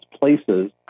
places